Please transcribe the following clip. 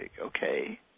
Okay